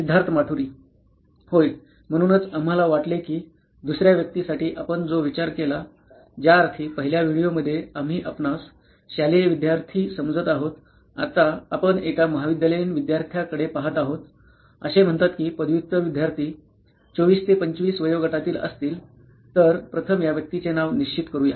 सिद्धार्थ माटुरी होय म्हणूनच आम्हाला वाटले की दुसऱ्या व्यक्तीसाठी आपण जो विचार केला ज्याअर्थी पहिल्या व्हिडिओमध्ये आम्ही आपणास शालेय विद्यार्थी समजत आहोत आता आपण एका महाविद्यालयीन विद्यार्थ्याकडे पाहत आहोत असे म्हणतात की पदव्युत्तर विद्यार्थी 24 ते 25 वयोगटातील असतील तर प्रथम या व्यक्तीचे नाव निश्चित करूया